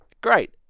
Great